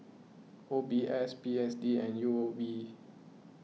O B S P S D and U O B